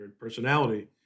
personality